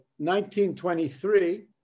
1923